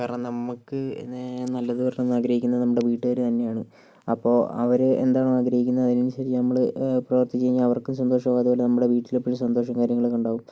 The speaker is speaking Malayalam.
കാരണം നമുക്ക് നല്ലത് വരണം എന്ന് ആഗ്രഹിക്കുന്നത് നമ്മുടെ വീട്ടുകാർ തന്നെയാണ് അപ്പോൾ അവര് എന്താണോ ആഗ്രഹിക്കുന്നത് അതിനനുസരിച്ച് നമ്മള് പ്രവർത്തിച്ച് കഴിഞ്ഞാൽ അവർക്കും സന്തോഷമാകും അതുപോലെ നമ്മുടെ വീട്ടില് എപ്പോഴും സന്തോഷവും കാര്യങ്ങളൊക്കെ ഉണ്ടാകും